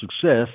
success